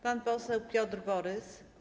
Pan poseł Piotr Borys.